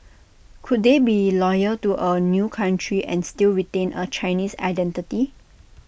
could they be loyal to A new country and still retain A Chinese identity